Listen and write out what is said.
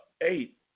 eight